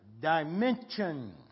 dimension